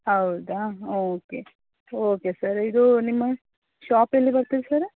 ಹೌದಾ okay okay sir ಇದು ನಿಮ್ಮ ಶಾಪ್ ಎಲ್ಲಿ ಬರ್ತದೆ ಸರ